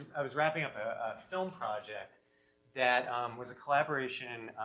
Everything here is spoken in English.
i was wrapping up a film project that was a collaboration